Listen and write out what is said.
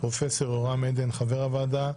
פרופסור יורם עדן חבר הוועדה,